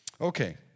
Okay